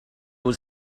was